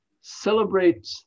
celebrate